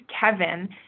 Kevin